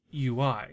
UI